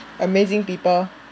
amazing people